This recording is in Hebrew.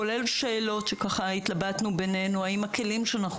כולל שאלות שהתלבטנו בינינו האם הכלים שאנחנו